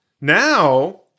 Now